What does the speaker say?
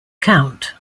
count